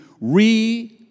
re-